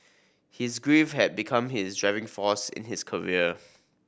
his grief had become his driving force in his career